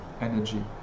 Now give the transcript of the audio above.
energy